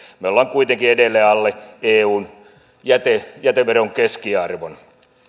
me olemme kuitenkin edelleen alle eun jäteveron keskiarvon